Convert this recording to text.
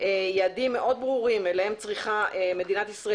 יעדים מאוד ברורים שאליהם צריכה מדינת ישראל